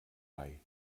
bei